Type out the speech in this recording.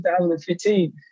2015